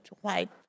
white